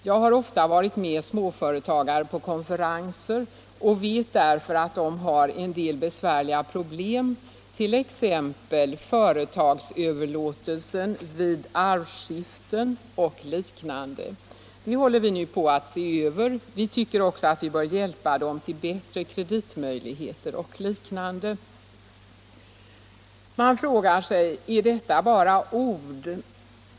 Jag har ofta varit med småföretagare på konferenser och vet därför att de har en del besvärliga problem, t.ex. företagsöverlåtelsen vid arvskifte och liknande. Det håller vi nu på att se över. Vi tycker också att vi bör hjälpa dem till bättre kreditmöjligheter och liknande.” Man frågar sig: Är detta bara ord?